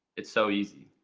it's so easy,